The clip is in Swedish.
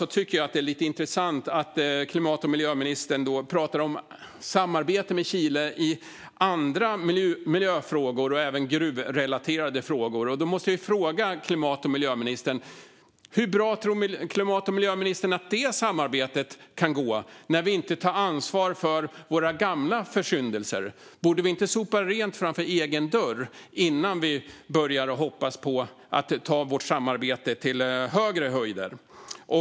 Jag tycker att det är lite intressant att klimat och miljöministern pratar om samarbete med Chile i andra miljöfrågor, även gruvrelaterade frågor. Då måste jag fråga klimat och miljöministern: Hur bra tror klimat och miljöministern att det samarbetet kan gå när vi inte tar ansvar för våra gamla försyndelser? Borde vi inte sopa rent framför egen dörr innan vi börjar hoppas på att ta vårt samarbete till högre höjder?